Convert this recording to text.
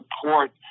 support